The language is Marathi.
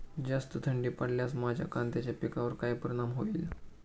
जास्त थंडी पडल्यास माझ्या कांद्याच्या पिकावर काय परिणाम होईल?